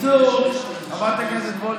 בקיצור, חברת הכנסת וולדיגר,